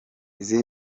izi